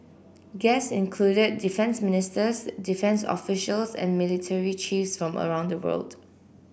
guests included defence ministers defence officials and military chiefs from all around the world